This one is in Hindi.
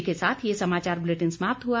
इसी के साथ ये समाचार बुलेटिन समाप्त हुआ